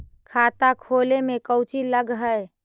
खाता खोले में कौचि लग है?